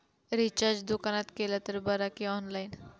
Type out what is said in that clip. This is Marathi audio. रिचार्ज दुकानात केला तर बरा की ऑनलाइन?